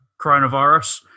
coronavirus